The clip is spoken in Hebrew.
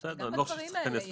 לא חושב שצריך להיכנס לזה.